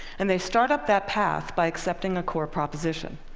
and they start up that path by accepting a core proposition,